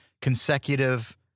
consecutive